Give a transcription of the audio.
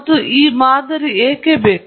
ಮತ್ತು ಈ ಮಾದರಿ ಏಕೆ ಬೇಕು